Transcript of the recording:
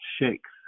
shakes